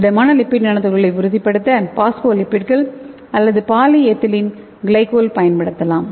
திடமான lipid nano துகள்களை உறுதிப்படுத்த பாஸ்போலிப்பிட்கள் அல்லது பாலிஎதிலீன் கிளைகோல் பயன்படுத்தலாம்